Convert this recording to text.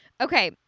Okay